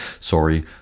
Sorry